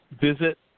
visit